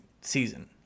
season